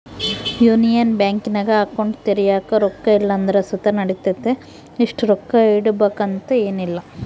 union ಬ್ಯಾಂಕಿನಾಗ account ತೆರ್ಯಾಕ ರೊಕ್ಕ ಇಲ್ಲಂದ್ರ ಸುತ ನಡಿತತೆ, ಇಷ್ಟು ರೊಕ್ಕ ಇಡುಬಕಂತ ಏನಿಲ್ಲ